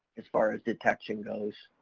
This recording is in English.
as far as detection goes.